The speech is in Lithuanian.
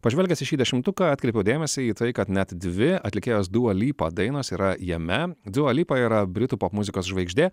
pažvelgęs į šį dešimtuką atkreipiau dėmesį į tai kad net dvi atlikėjos dua lipos dainos yra jame dua lipa yra britų popmuzikos žvaigždė